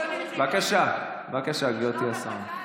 אני מגן, בבקשה, בבקשה, גברתי השרה.